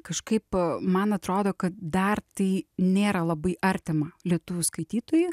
kažkaip man atrodo kad dar tai nėra labai artima lietuvių skaitytojui